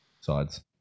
sides